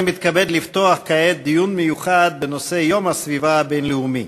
אני מתכבד לפתוח כעת דיון מיוחד בנושא יום הסביבה הבין-לאומי.